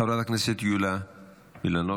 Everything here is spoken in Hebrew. חברת הכנסת יוליה מלינובסקי,